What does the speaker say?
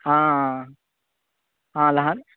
आं आं ल्हान